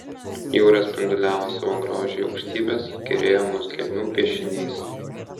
jūra spinduliavo savo grožį į aukštybes kerėjo mus gelmių piešiniais